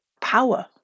power